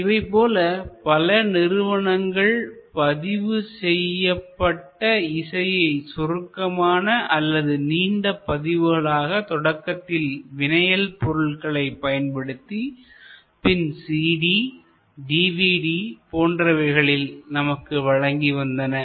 இவை போல பல நிறுவனங்கள் பதிவு செய்யப்பட்ட இசையை சுருக்கமான அல்லது நீண்ட பதிவுகளாக தொடக்கத்தில் வினயல் பொருள்களைப் பயன்படுத்தி பின் சிடி டிவிடி போன்றவைகளில் நமக்கு வழங்கி வந்தன